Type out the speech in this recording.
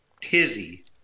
tizzy